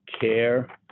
care